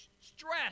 stress